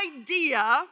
idea